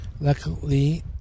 Luckily